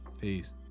Peace